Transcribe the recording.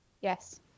Yes